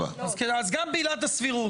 87-86. אז גם בעילת הסבירות,